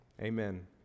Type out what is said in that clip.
Amen